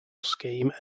scheme